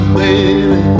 baby